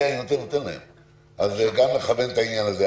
אז גם נכוון את העניין הזה.